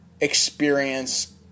experience